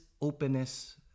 openness